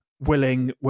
willing